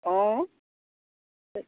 অঁ